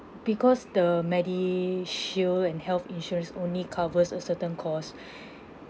because the medishield and health insurance only covers a certain cost